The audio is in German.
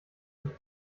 nicht